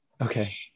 Okay